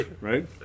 right